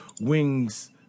wings